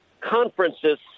conferences